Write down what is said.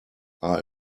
are